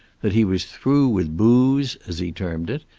that he was through with booze, as he termed it,